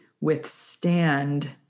withstand